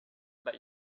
but